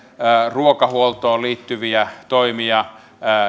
ruokahuoltoon liittyviä toimia